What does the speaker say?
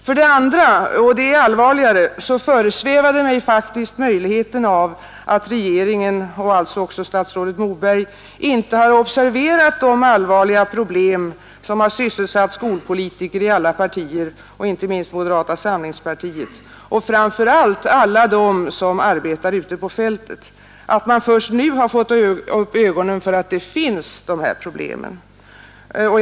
För det andra — och det är allvarligare — föresvävade mig faktiskt möjligheten av att regeringen och alltså även statsrådet Moberg inte har observerat de allvarliga problem som har sysselsatt skolpolitiker i alla partier, inte minst moderata samlingspartiet, och framför allt alla dem som arbetar ute på fältet. Man skulle i så fall först nu ha fått upp ögonen för att dessa problem finns.